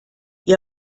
ihr